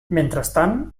mentrestant